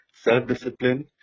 self-discipline